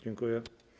Dziękuję.